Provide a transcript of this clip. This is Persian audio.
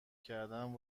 کردن